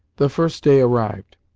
the first day arrived.